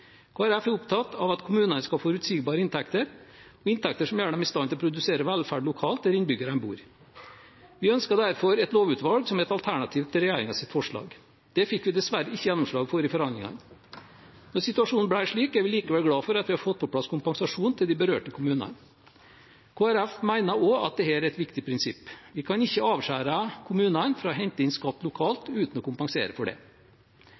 Folkeparti er opptatt av at kommunene skal ha forutsigbare inntekter og inntekter som gjør dem i stand til å produsere velferd lokalt, der innbyggerne bor. Vi ønsket derfor et lovutvalg som et alternativ til regjeringens forslag. Det fikk vi dessverre ikke gjennomslag for i forhandlingene. Da situasjonen ble slik, er vi likevel glad for at vi har fått på plass kompensasjon til de berørte kommunene. Kristelig Folkeparti mener også at dette er et viktig prinsipp. Vi kan ikke avskjære kommunene fra å hente inn skatt lokalt uten å kompensere for det.